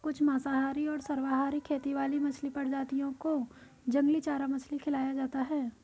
कुछ मांसाहारी और सर्वाहारी खेती वाली मछली प्रजातियों को जंगली चारा मछली खिलाया जाता है